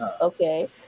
Okay